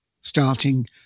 starting